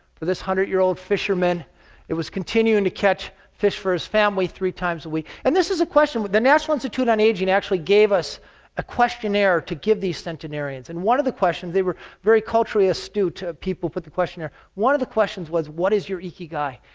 for this hundred-year-old fisherman it was continuing to catch fish for his family three times a week. and this is a question. but the national institute on aging actually gave us a questionnaire to give these centenarians. and one of the questions, they were very culturally astute, the people who put the questionnaire. one of the questions was, what is your ikigai?